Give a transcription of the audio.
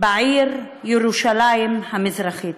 בעיר ירושלים המזרחית,